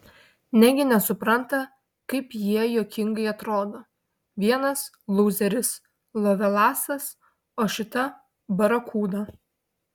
negi nesupranta kaip jie juokingai atrodo vienas lūzeris lovelasas o šita barakuda